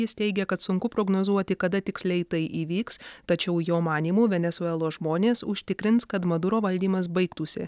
jis teigia kad sunku prognozuoti kada tiksliai tai įvyks tačiau jo manymu venesuelos žmonės užtikrins kad maduro valdymas baigtųsi